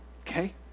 Okay